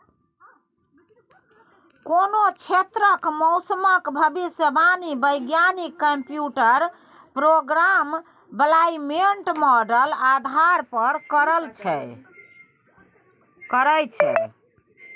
कोनो क्षेत्रक मौसमक भविष्यवाणी बैज्ञानिक कंप्यूटर प्रोग्राम क्लाइमेट माँडल आधार पर करय छै